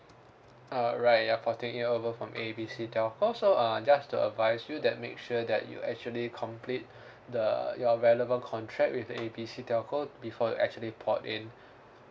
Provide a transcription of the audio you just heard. alright you're porting it over from A B C telco so uh just to advise you that make sure that you actually complete the your relevant contract with A B C telco before you actually port in